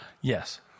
Yes